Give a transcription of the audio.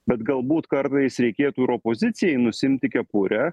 bet galbūt kartais reikėtų ir opozicijai nusiimti kepurę